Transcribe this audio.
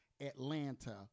Atlanta